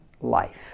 life